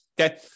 Okay